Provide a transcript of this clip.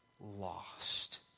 lost